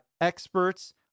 experts